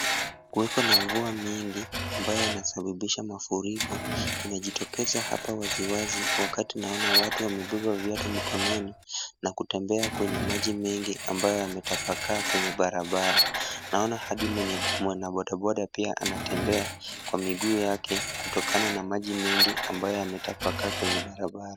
Kuweko na mvua nyingi ambayo inasababisha mafuriko, inajitokeza hapa waziwazi wakati naona watu wamebeba viatu mikononi na kutembea kwenye maji mengi ambayo yametapakaa kwenye barabara, naona hadi mwanabodaboda pia anatembea kwa miguu yake kutokana na maji mengi ambayo yametapakaa kwenye barabara.